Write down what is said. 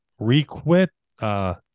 Requit